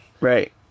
Right